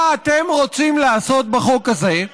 מה אתם רוצים לעשות בחוק הזה?